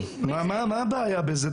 מה הבעיה בזה?